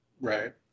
Right